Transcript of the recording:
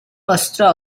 mostrò